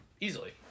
easily